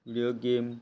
video game